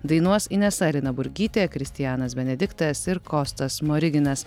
dainuos inesa rinaburgytė kristianas benediktas ir kostas smoriginas